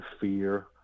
fear